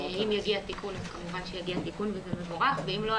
אם יגיע תיקון זה מבורך ואם לא,